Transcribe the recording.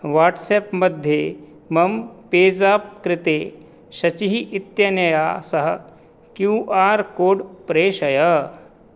वाट्सेप्मध्ये मम पेज़ाप् कृते शचिः इत्यनया सह क्यू आर् कोड् प्रेषय